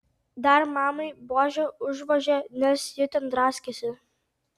dar mamai buože užvožė nes ji ten draskėsi